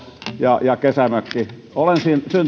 ja ja kesämökki olen